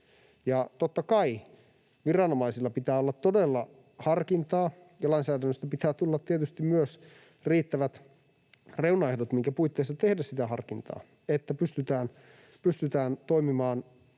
Totta kai viranomaisilla pitää olla todella harkintaa ja lainsäädännöstä pitää tulla tietysti myös riittävät reunaehdot, minkä puitteissa tehdä sitä harkintaa, että pystytään toimimaan